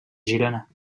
girona